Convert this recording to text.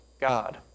God